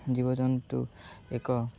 ଜୀବଜନ୍ତୁ ଏକ